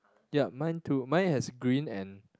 yup mine too mine has green and